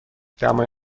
دمای